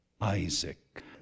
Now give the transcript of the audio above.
Isaac